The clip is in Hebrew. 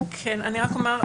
אני רק אומר,